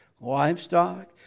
livestock